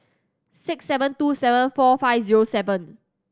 six seven two seven four five zero seven